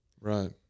Right